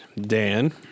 Dan